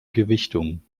gewichtung